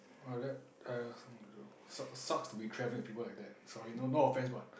like that !aiya! suck sucks to be travelling with people like that sorry no no offence but